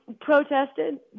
protested